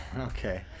Okay